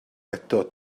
eto